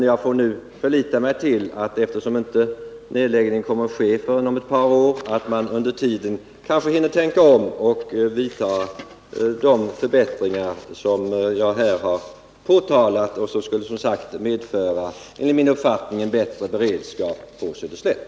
Men jag får nu förlita mig på att eftersom nedläggningen inte kommer att ske förrän om ett par år skall man under tiden hinna tänka om och göra de förbättringar som jag här förordat och som enligt min uppfattning skulle medföra en bättre beredskap på Söderslätt.